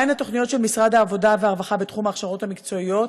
מהן התוכניות של משרד העבודה והרווחה בתחום ההכשרות המקצועיות?